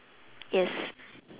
yes